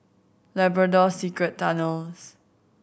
Labrador Secret Tunnels